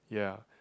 ya